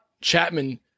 Chapman